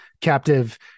captive